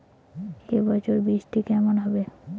এবছর বৃষ্টি কেমন হবে?